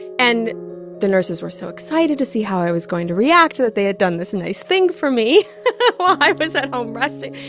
and the nurses were so excited to see how i was going to react that they had done this nice thing for me while i was at home resting.